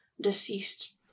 deceased